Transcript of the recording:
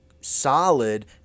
solid